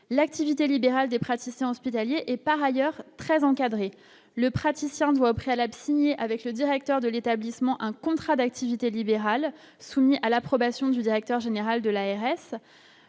l'activité libérale des praticiens hospitaliers est par ailleurs très encadré, le praticien doit au préalable, signer avec le directeur de l'établissement, un contrat d'activité libérale soumis à l'approbation du directeur général de la RS